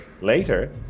later